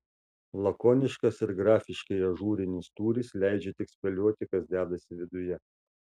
lakoniškas ir grafiškai ažūrinis tūris leidžia tik spėlioti kas dedasi viduje